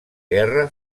guerra